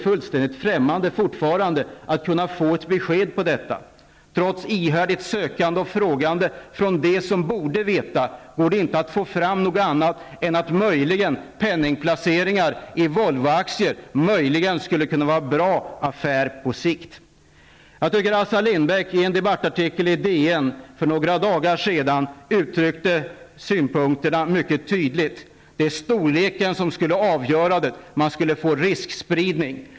Jag har inte kunnat få ett besked om detta. Trots ihärdigt sökande och frågande från dem som borde veta går det inte att få fram något annat än att möjligen penningplaceringar i Volvo-aktier skulle kunna vara en bra affär på sikt. Jag tycker Assar Lindbäck i en debattartikel i DN för några dagar sedan uttryckte synpunkterna mycket tydligt: Storleken skulle avgöra det. Man skulle få riskspridning.